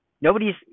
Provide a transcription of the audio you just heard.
Nobody's